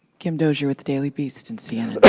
kim dozier with the daily beast and cnn.